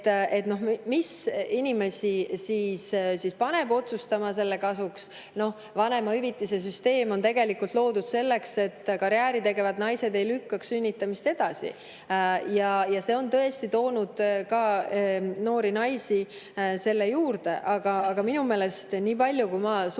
inimesi otsustama selle kasuks? Vanemahüvitise süsteem on tegelikult loodud selleks, et karjääri tegevad naised ei lükkaks sünnitamist edasi, ja see on tõesti toonud ka noori naisi [pere loomise] juurde. Aga minu meelest, nii palju kui ma olen